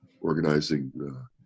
organizing